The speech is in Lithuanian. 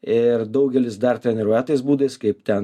ir daugelis dar treniruoja tais būdais kaip ten